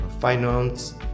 finance